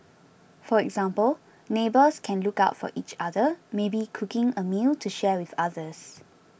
for example neighbours can look out for each other maybe cooking a meal to share with others